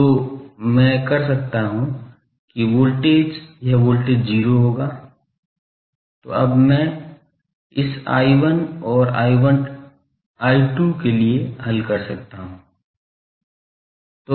तो मैं कर सकता हूं कि वोल्टेज यह वोल्टेज 0 होगा तो अब मैं इस I1 और I2 के लिए हल कर सकता हूं